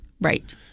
Right